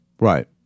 Right